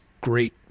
great